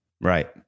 right